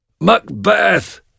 Macbeth